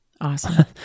Awesome